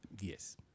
Yes